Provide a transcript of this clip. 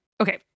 Okay